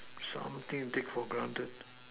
something you take for granted